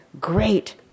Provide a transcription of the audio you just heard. Great